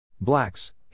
Blacks